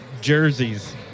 Jerseys